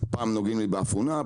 פעם נוגעים לי באפונה,